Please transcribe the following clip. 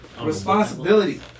responsibility